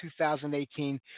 2018